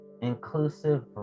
inclusive